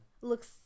looks